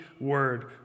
word